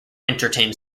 entertained